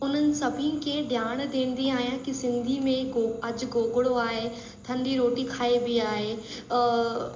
उन्हनि सभिनि खे ॼाण ॾींदी आहियां की सिंधी में गो अॼु गोगड़ो आहे थदी रोटी खाइबी आहे